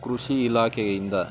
ಕೃಷಿ ಇಲಾಖೆಯಿಂದ